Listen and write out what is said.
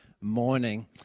morning